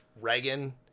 reagan